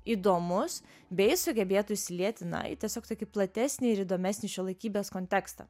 įdomus bei sugebėtų įsilieti na į tiesiog tokį platesnį ir įdomesnį šiuolaikybės kontekstą